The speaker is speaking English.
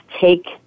take